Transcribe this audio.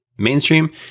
Mainstream